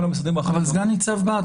המשרדים האחרים --- אבל סגן ניצב בהט,